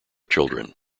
children